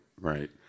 Right